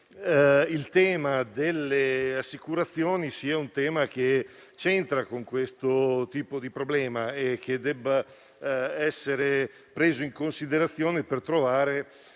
il tema delle assicurazioni c'entri con questo tipo di problema e che debba essere preso in considerazione per trovare